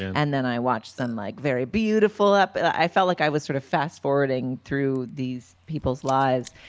and then i watched some like very beautiful up. i felt like i was sort of fast forwarding through these people's lives.